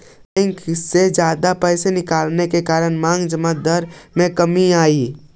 bank से जादा पैसे निकलवाने के कारण मांग जमा दर में कमी आई